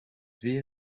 weer